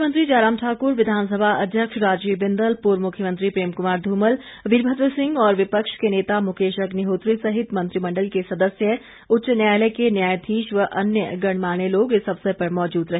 मुख्यमंत्री जयराम ठाकुर विधानसभा अध्यक्ष राजीव बिंदल पूर्व मुख्यमंत्री प्रेम कमार ध्यमल और वीरभद्र सिंह और विपक्ष के नेता मुर्केश अग्निहोत्री सहित मंत्रिमण्डल के सदस्य उच्च न्यायालय के न्यायाधीश व अन्य गणमान्य लोग इस अवसर पर मौजूद रहे